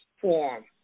form